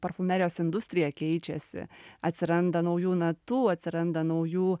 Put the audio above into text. parfumerijos industrija keičiasi atsiranda naujų natų atsiranda naujų